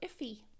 iffy